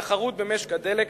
תחרות במשק הדלק,